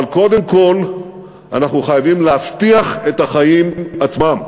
אבל קודם כול אנחנו חייבים להבטיח את החיים עצמם.